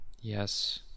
Yes